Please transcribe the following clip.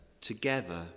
together